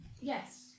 Yes